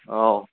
औ